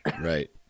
Right